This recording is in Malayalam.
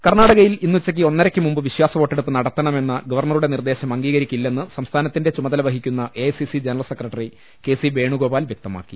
കർണാടകയിൽ ഇന്നുച്ചക്ക് ഒന്നരയ്ക്കു മുമ്പ് വിശ്വാസ വോട്ടെടുപ്പ് നടത്തണമെന്ന ഗവർണറുടെ നിർദേശം അംഗീകരി ക്കില്ലെന്ന് സംസ്ഥനത്തിന്റെ ചുമതല വഹിക്കുന്ന A I C C general secretary K C Venugopal വ്യക്തമാക്കി